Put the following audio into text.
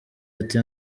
ati